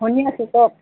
শুনি আছোঁ কওঁক